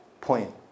point